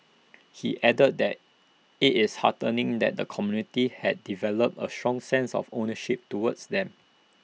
he added that IT is heartening that the community has developed A strong sense of ownership towards them